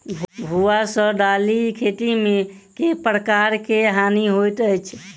भुआ सँ दालि खेती मे केँ प्रकार केँ हानि होइ अछि?